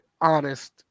honest